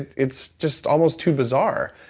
it's it's just almost too bizarre.